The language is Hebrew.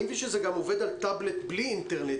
אני מבין שזה גם עובד על טבלט בלי אינטרנט,